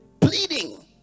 pleading